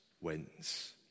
wins